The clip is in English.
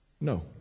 No